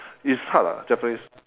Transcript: it's hard lah japanese